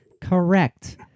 correct